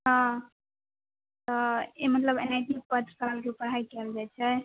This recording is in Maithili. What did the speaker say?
हँ तऽ एनाही मतलब एनाही पत्रकारके पढ़ाइ कयल जाइत छै